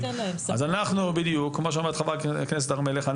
אז אנחנו כמו שאומרת חברת הכנסת הר מלך,